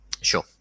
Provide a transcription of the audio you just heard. Sure